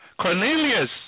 Cornelius